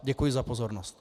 Děkuji za pozornost.